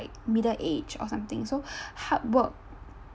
middle age or something so hard work